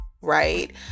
right